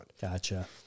gotcha